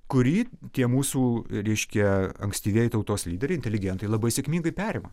kurį tie mūsų reiškia ankstyvieji tautos lyderiai inteligentai labai sėkmingai perima